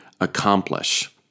accomplish